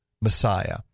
Messiah